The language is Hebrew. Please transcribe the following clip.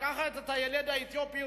לקחת את הילד האתיופי,